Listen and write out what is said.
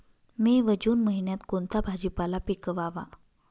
मे व जून महिन्यात कोणता भाजीपाला पिकवावा?